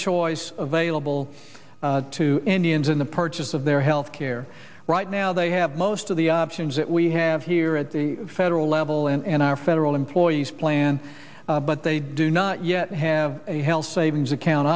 choice available to indians in the purchase of their health care right now they have most of the options that we have here at the federal level and our federal employees plan but they do not yet have a health savings account